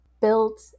built